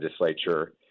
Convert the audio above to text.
legislature